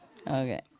Okay